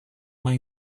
más